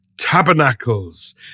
tabernacles